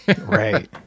Right